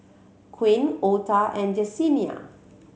Quint Ota and Jessenia